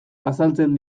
azaltzen